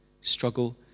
struggle